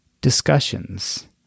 discussions